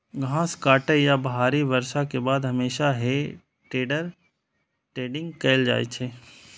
घास काटै या भारी बर्षा के बाद हमेशा हे टेडर टेडिंग कैल जाइ छै